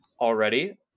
already